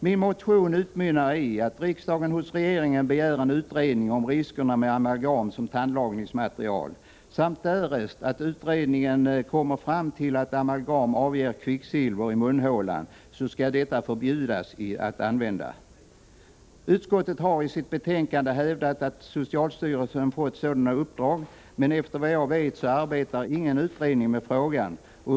Min motion utmynnar i att riksdagen hos regeringen begär en utredning ANS om riskerna med amalgam som tandlagningsmaterial samt, därest utredningen kommer fram till att amalgam avger kvicksilver i munhålan, dess användning skall förbjudas. Utskottet har i sitt betänkande hävdat att socialstyrelsen fått sådana uppdrag, men efter vad jag vet arbetar ingen utredning med frågan.